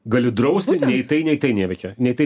gali drausti nei tai nei tai neveikia nei tai